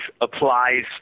applies